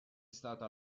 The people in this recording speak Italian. stata